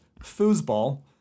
foosball